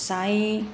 साईं